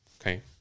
Okay